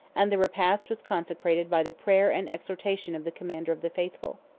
and the repast was consecrated by the prayer and exhortation of the commander of the faithful.